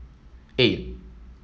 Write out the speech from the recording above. eight